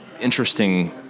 interesting